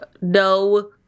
No